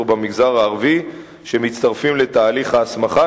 במגזר הערבי שמצטרפים לתהליך ההסמכה,